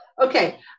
okay